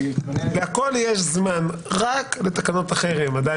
להכול יש זמן, רק לתקנות החרם עדיין אין.